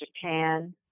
Japan